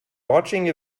watching